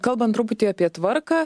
kalbant truputį apie tvarką